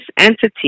entity